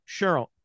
Cheryl